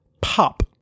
pop